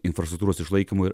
infrastruktūros išlaikymui ir